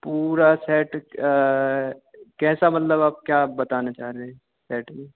पूरा सेट कैसा मतलब आप क्या बताना चाह रहे सेट में